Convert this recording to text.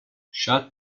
shut